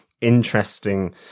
interesting